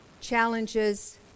challenges